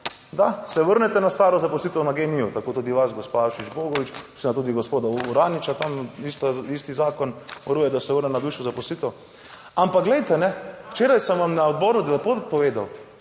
da se vrnete na staro zaposlitev, na GEN-I-ju, tako tudi vas, gospa Avšič Bogovič, seveda tudi gospoda Uraniča tam, isti zakon varuje, da se vrne na bivšo zaposlitev, ampak glejte, včeraj sem vam na odboru lepo povedal,